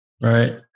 Right